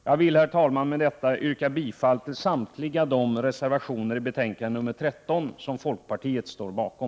Jag vill, herr talman, med detta yrka bifall till samtliga reservationer i betänkande nr 13 som folkpartiet står bakom.